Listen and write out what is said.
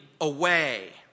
away